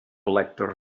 collector